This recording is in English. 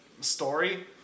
story